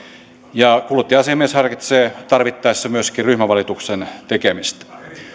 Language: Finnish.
ja kuluttaja asiamies harkitsee tarvittaessa myöskin ryhmävalituksen tekemistä